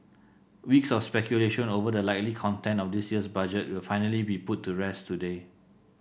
weeks of speculation over the likely content of this year's Budget will finally be put to rest today